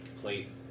plate